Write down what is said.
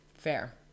fair